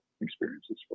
experiences